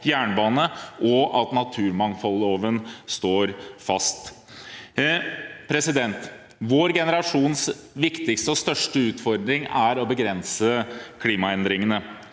jernbane, og at naturmangfoldloven står fast. Vår generasjons viktigste og største utfordring er å begrense klimaendringene.